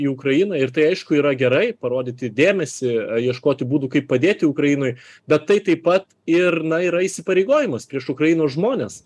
į ukrainą ir tai aišku yra gerai parodyti dėmesį ieškoti būdų kaip padėti ukrainoj bet tai taip pat ir na yra įsipareigojimas prieš ukrainos žmones